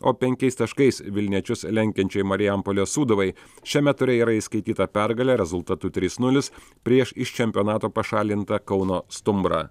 o penkiais taškais vilniečius lenkiančiai marijampolės sūduvai šiame ture yra įskaityta pergalė rezultatu trys nulis prieš iš čempionato pašalintą kauno stumbrą